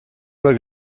über